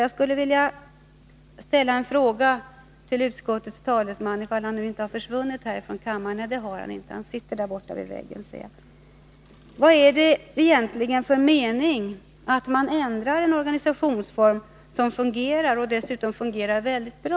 Jag skulle vilja ställa en fråga till utskottets talesman: Vad är det egentligen för mening med att ändra en organisationsform som fungerar, och dessutom fungerar väldigt bra?